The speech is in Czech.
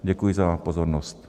Děkuji za pozornost.